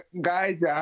Guys